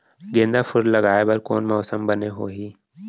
गेंदा फूल लगाए बर कोन मौसम बने होही?